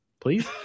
please